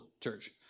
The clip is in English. church